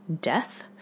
death